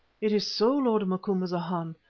it is so, lord macumazana,